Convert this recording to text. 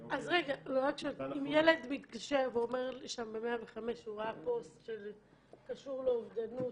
אם ילד מתקשר ל-105 ואומר שהוא ראה פוסט שקשור לאובדנות,